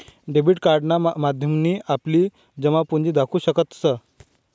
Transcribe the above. debit कार्डना माध्यमथीन आपली जमापुंजी दखु शकतंस